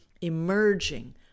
emerging